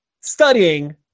studying